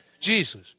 Jesus